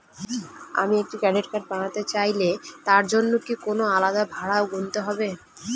আমি একটি credit card বানাতে চাইলে তার জন্য কি কোনো আলাদা ভাড়া গুনতে হবে?